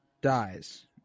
dies